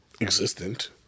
existent